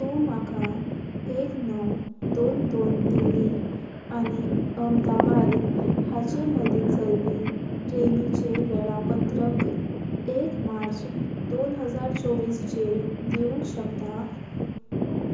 तूं म्हाका एक णव दोन दोन दिल्ली आनी अहमदाबाद हाचे मदीं चलपी ट्रेनीचें वेळापत्रक एक मार्च दोन हजार चोवीस चेर दिवंक शकता